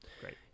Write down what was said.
great